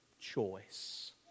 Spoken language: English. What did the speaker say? choice